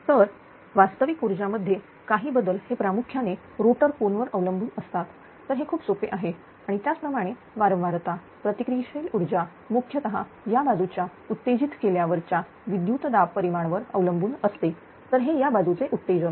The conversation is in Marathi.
तर वास्तविक ऊर्जा मधले काही बदल हे प्रामुख्याने रोटर कोन वर अवलंबून असतात आणि हे खूप सोपे आहे आणि त्याच प्रमाणे वारंवारता प्रतिक्रिया शील ऊर्जाही मुख्यतः या बाजूच्या उत्तेजित केल्यावर च्या विद्युत दाब परिमाण वर अवलंबून असते तर हे या बाजूचे उत्तेजन